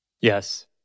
Yes